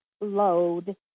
load